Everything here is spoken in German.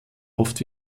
oft